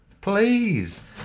Please